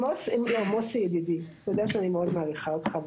לא, מוסי, ידידי, אתה יודע שאני מאוד מעריכה אותך.